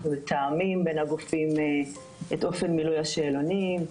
אנחנו מתאימים בין הגופים את אופן מילוי השאלונים.